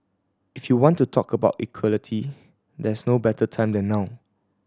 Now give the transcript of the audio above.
if you want to talk about equality there's no better time than now